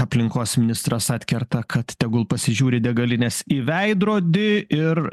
aplinkos ministras atkerta kad tegul pasižiūri degalinės į veidrodį ir